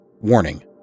Warning